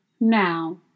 Now